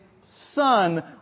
son